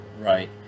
Right